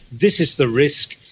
this is the risk,